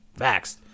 vaxxed